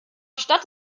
stadt